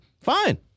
Fine